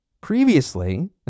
previously